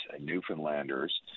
newfoundlanders